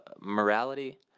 morality